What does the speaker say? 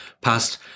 passed